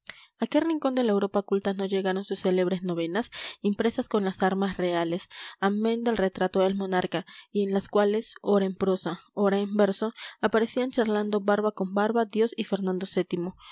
qué rincón de la europa culta no llegaron sus célebres novenas impresas con las armas reales amén del retrato del monarca y en las cuales ora en prosa ora en verso aparecían charlando barba con barba dios y fernando